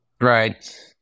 Right